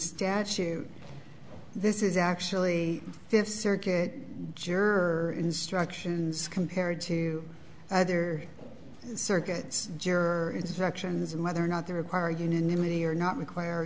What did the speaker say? statute this is actually this circuit juror instructions compared to other circuits juror instructions and whether or not they require unanimity or not require